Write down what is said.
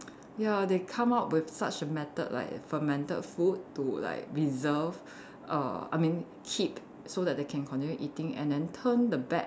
ya they come out with such a method like fermented food to like preserve err I mean keep so that they can continue eating and then turn the bad